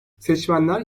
seçmenler